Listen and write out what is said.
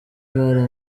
gare